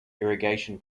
irrigation